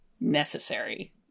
necessary